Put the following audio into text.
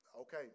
Okay